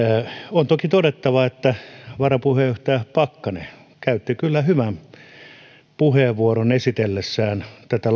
on toki todettava että varapuheenjohtaja pakkanen käytti kyllä hyvän puheenvuoron esitellessään tätä